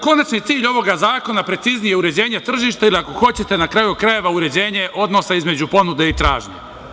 Konačni cilj ovoga zakona preciznije i uređenje tržišta ili ako hoćete na kraju krajeva uređenje odnosa između ponude i tražnje.